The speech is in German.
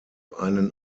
einen